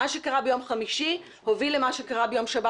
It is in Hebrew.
מה שקרה ביום חמישי הוביל למה שקרה ביום שבת